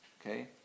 okay